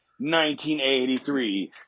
1983